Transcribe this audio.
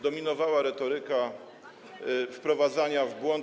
Dominowała retoryka wprowadzania w błąd.